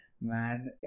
Man